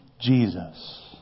Jesus